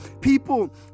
People